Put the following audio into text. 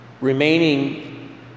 Remaining